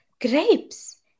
grapes